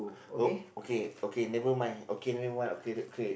ok~ okay okay nevermind okay nevermind okay okay